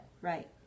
right